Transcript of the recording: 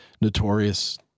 notorious